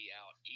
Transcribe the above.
out